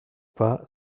pas